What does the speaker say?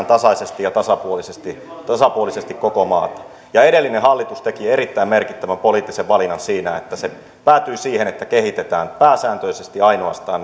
tasaisesti ja tasapuolisesti tasapuolisesti koko maata edellinen hallitus teki erittäin merkittävän poliittisen valinnan siinä että se päätyi siihen että kehitetään pääsääntöisesti ja ainoastaan